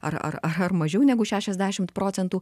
ar ar ar mažiau negu šešiasdešimt procentų